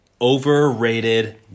overrated